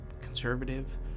conservative